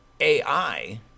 AI